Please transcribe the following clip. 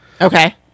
Okay